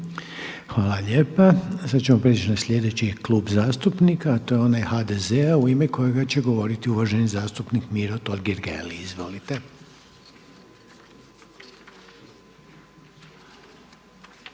Hvala. Sada ćemo prijeći na sljedeći klub zastupnika, a to je onaj HDZ-a u ime kojega će govoriti uvaženi zastupnik Miro Totgergeli. Izvolite.